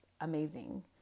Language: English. amazing